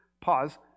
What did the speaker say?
Pause